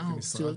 מה האופציות?